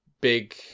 Big